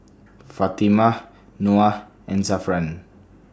Fatimah Noah and Zafran